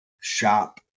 shop